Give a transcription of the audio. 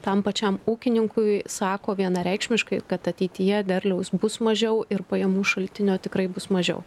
tam pačiam ūkininkui sako vienareikšmiškai kad ateityje derliaus bus mažiau ir pajamų šaltinio tikrai bus mažiau